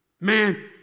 Man